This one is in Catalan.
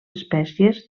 espècies